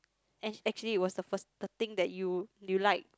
ac~ actually it was the first thing that you you like